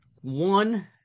one